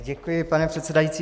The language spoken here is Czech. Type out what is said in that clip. Děkuji, pane předsedající.